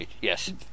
yes